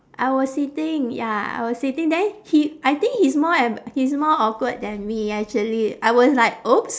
I was sitting ya I was sitting then he I think he's more em~ he's more awkward than me actually I was like !oops!